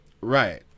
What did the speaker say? Right